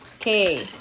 Okay